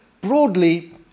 broadly